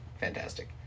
fantastic